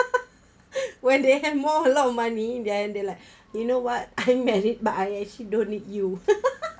when they have more a lot of money then they like you know I married but I actually don't need you